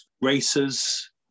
racers